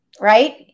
Right